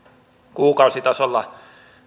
kuukausitasolla